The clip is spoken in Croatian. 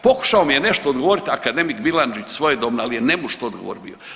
Pokušao mi je nešto odgovorit akademik Bilandžić svojedobno, ali je nemušt odgovor bio.